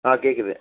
ஆ கேட்குது